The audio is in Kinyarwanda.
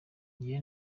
njyewe